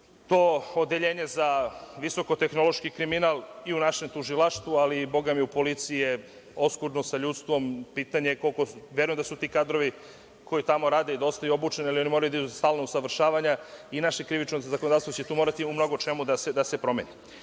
To odeljenje za visokotehnološki kriminal i u našem tužilaštvu, ali, bogami, i u policiji, je oskudno sa ljudstvom. Verujem da su ti kadrovi koji tamo rade dosta obučeni, ali, oni moraju da idu na stalna usavršavanja i naše krivično zakonodavstvo će tu morati u mnogo čemu da se promeni. Ono